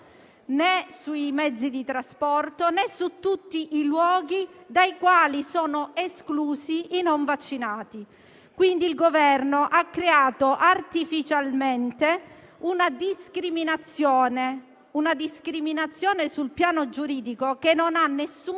né sui mezzi di trasporto, né su tutti i luoghi dai quali sono esclusi i non vaccinati. Quindi, il Governo ha creato artificialmente una discriminazione sul piano giuridico che non ha alcun